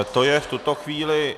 To je v tuto chvíli...